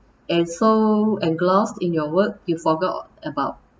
and so and engrossed in your work you forgot about